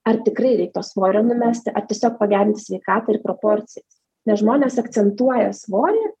ar tikrai reik to svorio numesti ar tiesiog pagerinti sveikatą ir proporcijas nes žmonės akcentuoja svorį